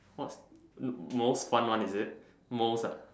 what's most fun one is it most